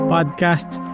Podcasts